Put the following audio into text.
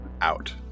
out